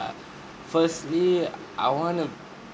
firstly I want to